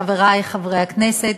חברי חברי הכנסת,